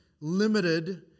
limited